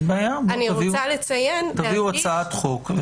אין בעיה, תביאו הצעת חוק.